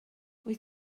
wyt